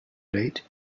late